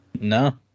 No